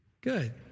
Good